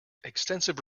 extensive